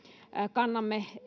kannamme